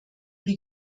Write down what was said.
wie